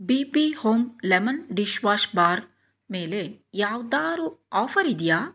B B home lemon dishwash bar ಮೇಲೆ ಯಾವ್ದಾದ್ರೂ offer ಇದೆಯಾ